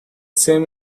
same